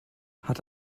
hat